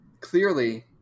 clearly –